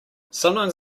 sometimes